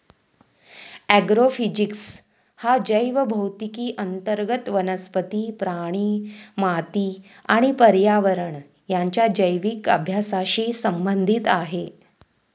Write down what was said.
agrophysics हा जैवभौतिकी अंतर्गत वनस्पती, प्राणी, माती आणि पर्यावरण यांच्या जैविक अभ्यासाशी संबंधित आहे